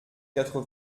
quatre